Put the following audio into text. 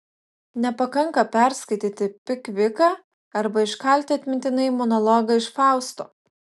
nepakanka perskaityti pikviką arba iškalti atmintinai monologą iš fausto